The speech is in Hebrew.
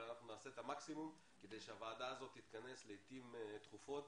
אבל אנחנו נעשה את המקסימום כדי שהוועדה הזאת תתכנס לעתים תכופות